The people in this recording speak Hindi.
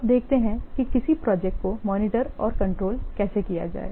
अब देखते हैं कि किसी प्रोजेक्ट को मॉनिटर और कंट्रोल कैसे किया जाए